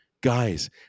guys